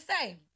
say